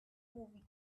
movie